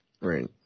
Right